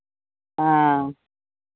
हँ